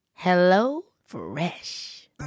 HelloFresh